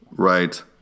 Right